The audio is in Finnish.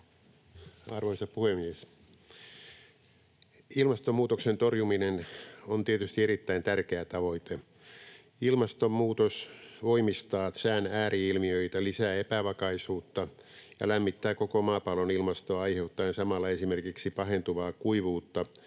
Arvoisa puhemies! Ilmastonmuutoksen torjuminen on tietysti erittäin tärkeä tavoite. Ilmastonmuutos voimistaa sään ääri-ilmiöitä, lisää epävakaisuutta ja lämmittää koko maapallon ilmastoa aiheuttaen samalla esimerkiksi pahentuvaa kuivuutta